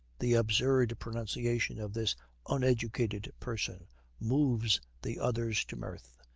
the absurd pronunciation of this uneducated person moves the others to mirth.